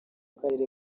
karere